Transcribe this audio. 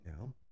now